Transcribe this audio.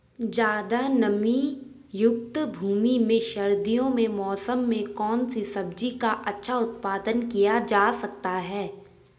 ज़्यादा नमीयुक्त भूमि में सर्दियों के मौसम में कौन सी सब्जी का अच्छा उत्पादन किया जा सकता है?